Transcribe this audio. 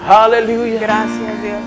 Hallelujah